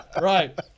right